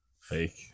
fake